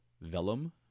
vellum